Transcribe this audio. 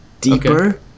deeper